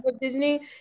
disney